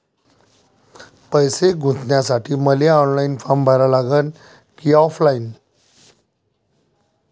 पैसे गुंतन्यासाठी मले ऑनलाईन फारम भरा लागन की ऑफलाईन?